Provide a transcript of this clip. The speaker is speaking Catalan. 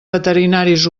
veterinaris